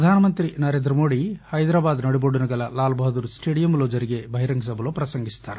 ప్రధానమంత్రి నరేంద్రమోదీ హైదరాబాద్ నడిపొడ్డునున్న లాల్ బహదూర్ స్టేడియంలో బహిరంగ సభలో ప్రసంగిస్తున్నారు